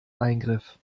eingriff